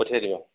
পঠিয়াই দিব